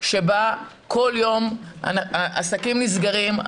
שבה כל יום עסקים נסגרים.